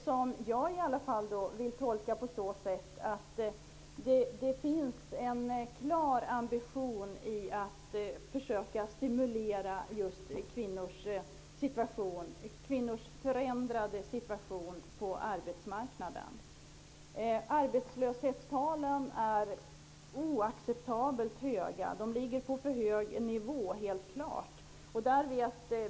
Det vill i alla fall jag tolka som att det finns en klar ambition att försöka stimulera just till en förändrad situation för kvinnor på arbetsmarknaden. Arbetslöshetstalen är oacceptabelt höga. De ligger helt klart på för hög nivå.